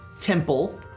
temple